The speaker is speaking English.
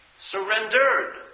Surrendered